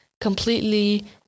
completely